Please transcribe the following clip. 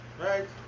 Right